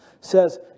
says